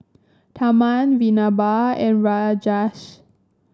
Tharman Vinoba and Rajesh